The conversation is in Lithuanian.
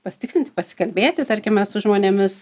pasitikslinti pasikalbėti tarkime su žmonėmis